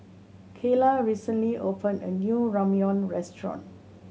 Kayla recently open a new Ramyeon Restaurant